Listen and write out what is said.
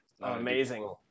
amazing